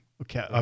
Okay